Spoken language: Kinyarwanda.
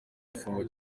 gifungo